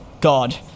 God